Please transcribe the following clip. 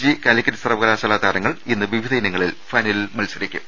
G Calicut സർവ്വകലാശാല താരങ്ങൾ ഇന്ന് വിവിധയിനങ്ങ ളിൽ ഫൈനലിൽ മത്സരിക്കും